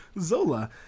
Zola